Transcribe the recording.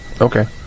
Okay